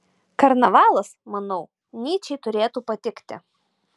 karnavalas manau nyčei turėtų patikti